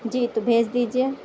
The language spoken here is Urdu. جی تو بھیج دیجیے